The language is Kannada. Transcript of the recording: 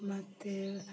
ಮತ್ತೆ